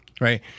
right